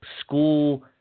school